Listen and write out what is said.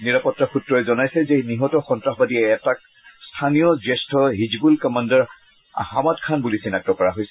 নিৰাপত্তা সূত্ৰই জনাইছে যে নিহত সন্তাসবাদী এটাক স্থানীয় জ্যেষ্ঠ হিজবুল কমাণ্ডাৰ হামাড খান বুলি চিনাক্ত কৰা হৈছে